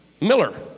Miller